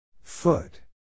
Foot